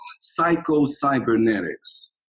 Psycho-Cybernetics